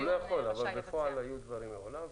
הוא לא יכול אבל בפועל היו דברים מעולם.